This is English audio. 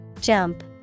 Jump